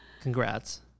Congrats